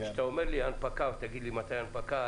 כשאתה אומר לי: הנפקה תגיד לי מתי ההנפקה,